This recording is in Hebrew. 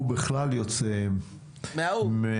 הוא בכלל יוצא --- מהאו"ם.